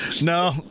No